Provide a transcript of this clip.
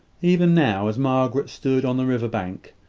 even now, as margaret stood on the river-bank,